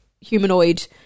humanoid